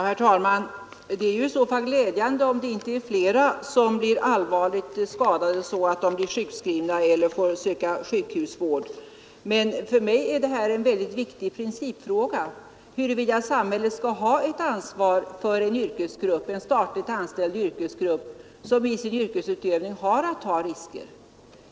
Herr talman! Det är i så fall glädjande om det inte är fler som blir allvarligt skadade, så att de blir sjukskrivna eller får söka sjukhusvård. För mig är det emellertid en mycket viktig principfråga, huruvida samhället skall ha ett ansvar för en statligt anställd yrkesgrupp, som i sin yrkesutövning har att ta risker.